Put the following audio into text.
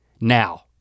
now